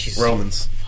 Romans